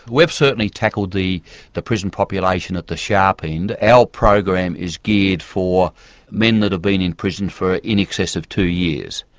we've certainly tackled the the prison population at the sharp end. our program is geared for men that have been in prison for in excess of two years.